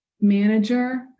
manager